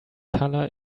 colour